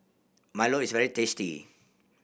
milo is very tasty